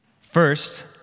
First